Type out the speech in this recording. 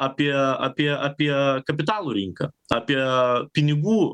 apie apie apie kapitalų rinką apie pinigų